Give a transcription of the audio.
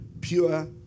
pure